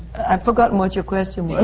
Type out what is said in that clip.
i've forgotten what your question